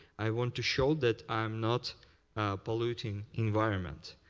i want to show that i'm not polluting environment.